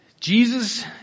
Jesus